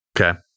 Okay